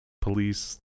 police